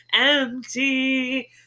empty